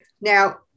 Now